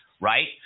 right